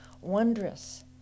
wondrous